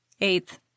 Eighth